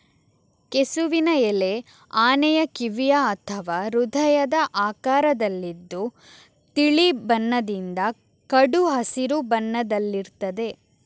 ಕೆಸುವಿನ ಎಲೆ ಆನೆಯ ಕಿವಿಯ ಅಥವಾ ಹೃದಯದ ಆಕಾರದಲ್ಲಿದ್ದು ತಿಳಿ ಬಣ್ಣದಿಂದ ಕಡು ಹಸಿರು ಬಣ್ಣದಲ್ಲಿರ್ತದೆ